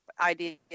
idea